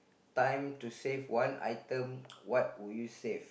time to save one item what would you save